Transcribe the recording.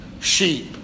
sheep